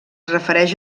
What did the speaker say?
refereix